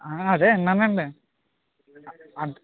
అదే విన్నానండి